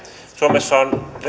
suomessa on